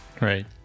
Right